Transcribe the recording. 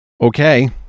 Okay